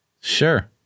Sure